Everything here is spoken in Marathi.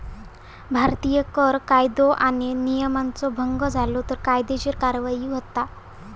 भारतीत कर कायदो आणि नियमांचा भंग झालो तर कायदेशीर कार्यवाही होता